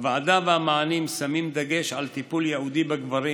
הוועדה והמענים שמים דגש על טיפול ייעודי בגברים